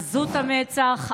עזות המצח,